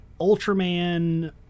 Ultraman